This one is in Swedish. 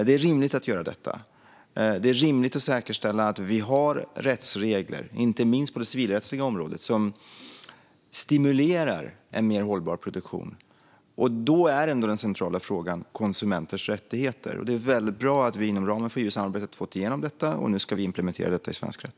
Det är rimligt att göra detta. Det är rimligt att säkerställa att vi har rättsregler, inte minst på det civilrättsliga området, som stimulerar en mer hållbar produktion. Då är den centrala frågan konsumenters rättigheter. Därför är det bra att vi inom ramen för EU-samarbetet har fått igenom detta, och nu ska vi implementera det i svensk rätt.